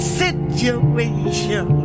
situation